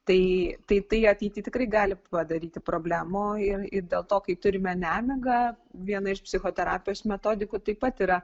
tai tai ateity tikrai gali padaryti problemų ir ir dėl to kai turime nemigą viena iš psichoterapijos metodikų taip pat yra